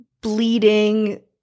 bleeding